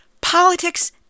Politics